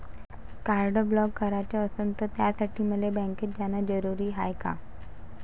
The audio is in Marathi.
कार्ड ब्लॉक कराच असनं त त्यासाठी मले बँकेत जानं जरुरी हाय का?